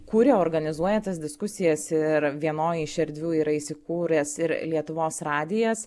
kuria organizuoja tas diskusijas ir vienoj iš erdvių yra įsikūręs ir lietuvos radijas